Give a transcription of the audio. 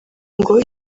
ngo